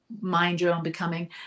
mind-your-own-becoming